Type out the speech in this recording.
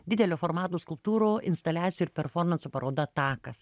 didelio formato skulptūrų instaliacijų ir performansų paroda takas